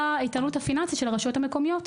האיתנות הפיננסית של הרשויות המקומיות.